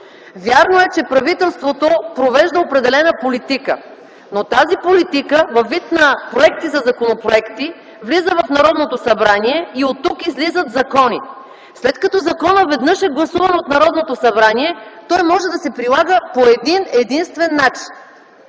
Вярно е, че правителството провежда определена политика, но тази политика във вид на проекти за законопроекти влиза в Народното събрание и оттук излизат закони. След като законът веднъж е гласуван от Народното събрание той може да се прилага по един-единствен начин.